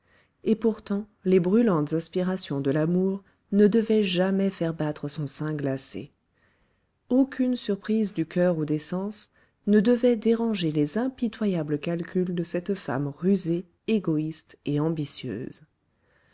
et pourtant les brûlantes aspirations de l'amour ne devaient jamais faire battre son sein glacé aucune surprise du coeur ou des sens ne devait déranger les impitoyables calculs de cette femme rusée égoïste et ambitieuse